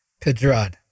Pedrad